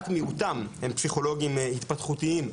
רק מיעוטם הם פסיכולוגים התפתחותיים,